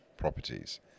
properties